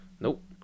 Nope